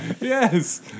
Yes